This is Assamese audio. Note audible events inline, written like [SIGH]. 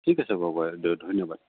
ঠিক আছে বাৰু [UNINTELLIGIBLE] ধন্যবাদ